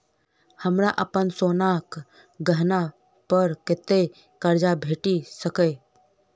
हमरा अप्पन सोनाक गहना पड़ कतऽ करजा भेटि सकैये?